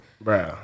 Bro